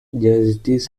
justice